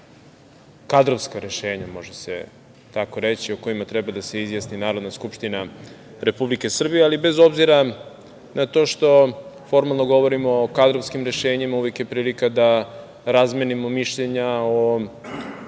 kadrovska rešenja, može se tako reći, o kojima treba da se izjasni Narodna skupština Republike Srbije, ali bez obzira na to što formalno govorimo o kadrovskim rešenjima uvek je prilika da razmenimo mišljenja o